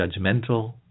judgmental